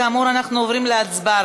כאמור, אנחנו עוברים להצבעה.